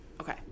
Okay